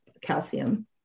calcium